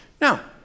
Now